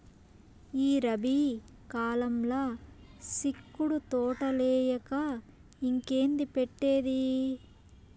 ఈ రబీ కాలంల సిక్కుడు తోటలేయక ఇంకేంది పెట్టేది